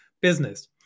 business